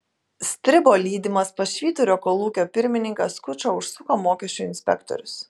stribo lydimas pas švyturio kolūkio pirmininką skučą užsuko mokesčių inspektorius